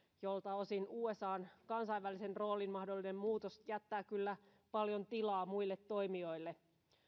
jolta osin usan kansainvälisen roolin mahdollinen muutos jättää kyllä paljon tilaa muille toimijoille